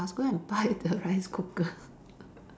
I must go and buy the rice cooker